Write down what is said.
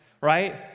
right